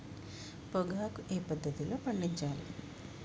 పొగాకు ఏ పద్ధతిలో పండించాలి?